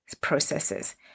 processes